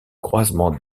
croisement